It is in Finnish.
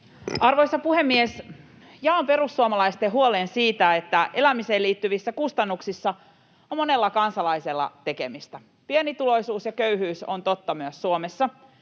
Arvoisa puhemies! Jaan perussuomalaisten huolen siitä, että elämiseen liittyvissä kustannuksissa on monella kansalaisella tekemistä. Pienituloisuus ja köyhyys ovat totta myös Suomessa,